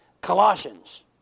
Colossians